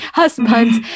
husbands